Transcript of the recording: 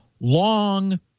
long